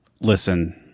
Listen